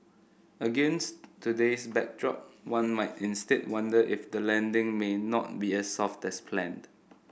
against today's backdrop one might instead wonder if the landing may not be as soft as planned